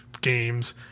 games